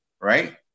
right